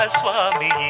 Swami